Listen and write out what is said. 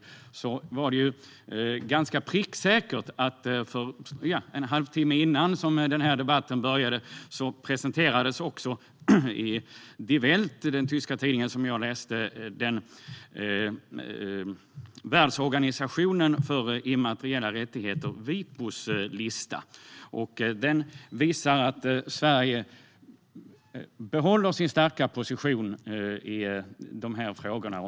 Det var ganska pricksäkert att en halvtimme innan den här debatten började presenterades i den tyska tidningen Die Welt, som jag läste, Världsorganisationen för immateriella rättigheters, Wipos, lista. Den visar att Sverige behåller sin starka position i de här frågorna.